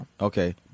Okay